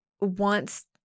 wants